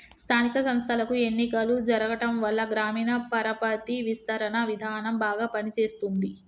స్థానిక సంస్థలకు ఎన్నికలు జరగటంవల్ల గ్రామీణ పరపతి విస్తరణ విధానం బాగా పని చేస్తుంది